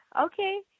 Okay